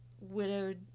widowed